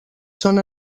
són